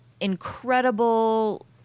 incredible